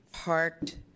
parked